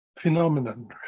phenomenon